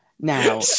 Now